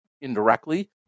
indirectly